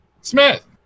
Smith